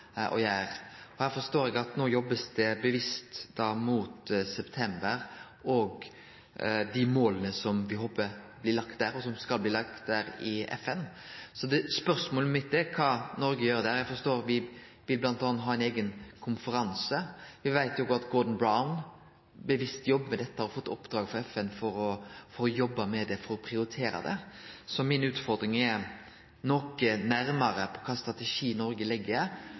gjere. Her forstår eg at det no blir jobba bevisst mot september og dei måla som me håper blir lagde da – som skal bli lagde da – i FN. Så spørsmålet mitt er kva Noreg gjer. Eg forstår at me m.a. vil ha ein eigen konferanse. Me veit òg at Gordon Brown bevisst jobbar med dette og har fått i oppdrag av FN å jobbe med det, for å prioritere det. Mi utfordring er å seie noko nærare om kva strategi Noreg